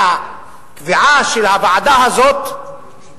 והקביעה של הוועדה הזאת, שאי-אפשר.